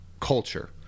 culture